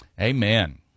Amen